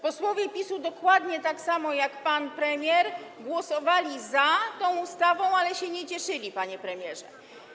Posłowie PiS-u dokładnie tak samo jak pan premier głosowali za tą ustawą, ale nie cieszyli się, panie premierze.